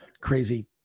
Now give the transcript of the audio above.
crazy